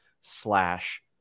slash